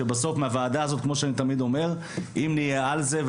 שבסוף מהוועדה הזאת כמו שאני תמיד אומר: אם נהיה על זה,